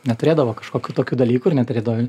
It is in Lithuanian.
neturėdavo kažkokių tokių dalykų ir neturėdavo